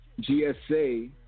GSA